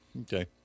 Okay